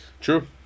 True